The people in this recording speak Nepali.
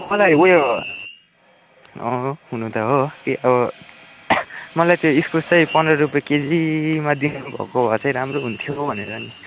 मलाई उयो हुनु त हो के अब मलाई त्यो इस्कुस चाहिँ पन्द्र रुपियाँ केजीमा दिनु भएको भए चाहिँ राम्रो हुन्थ्यो भनेर नि